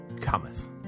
cometh